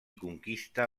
conquista